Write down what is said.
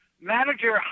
manager